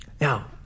Now